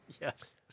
Yes